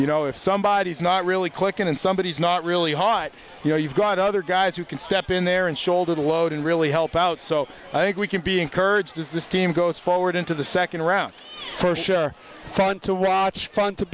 you know if somebody is not really clicking and somebody is not really hard you know you've got other guys who can step in there and shoulder the load and really help out so i think we can be encouraged as this team goes forward into the second round for sure fun to watch